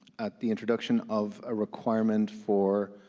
at the introduction of a requirement for